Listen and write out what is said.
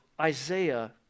Isaiah